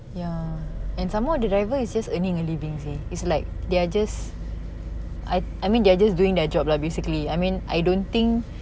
ya and some more the driver is just earning a living thing seh it's like they are just I I mean they are just doing their job lah basically I mean I don't think